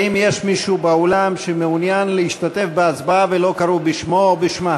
האם יש מישהו באולם שמעוניין להשתתף בהצבעה ולא קראו בשמו או בשמה?